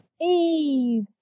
Eve